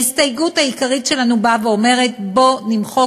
ההסתייגות העיקרית שלנו אומרת: בוא נמחק